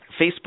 Facebook